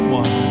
one